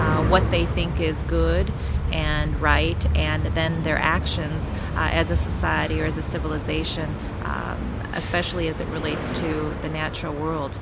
what they think is good and right and then their actions as a society or as a civilization especially as it relates to the natural world